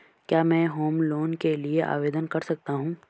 क्या मैं home loan के लिए आवेदन कर सकता हूं?